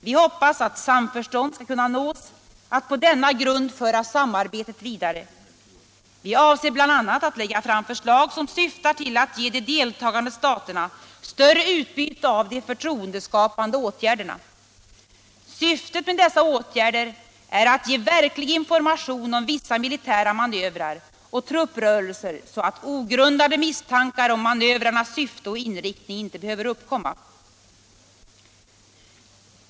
Vi hoppas att samförstånd skall kunna nås om att på denna grund föra samarbetet vidare. Vi avser bl.a. att lägga fram förslag, som syftar till att ge de deltagande staterna större utbyte av de s.k. förtroendeskapande åtgärderna. Syftet med dessa åtgärder är att ge verklig information om vissa militära manövrar och trupprörelser så att ogrundade misstankar om manövrarnas syfte och inriktning inte behöver uppkomma.